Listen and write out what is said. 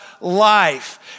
life